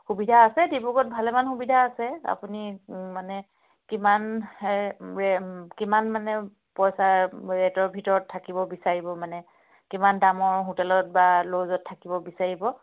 সুবিধা আছে ডিব্ৰুগড়ত ভালেমান সুবিধা আছে আপুনি মানে কিমান কিমান মানে পইচাৰ ৰেটৰ ভিতৰত থাকিব বিচাৰিব মানে কিমান দামৰ হোটেলত বা ল'জত থাকিব বিচাৰিব